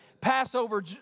Passover